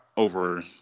over